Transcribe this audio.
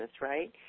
right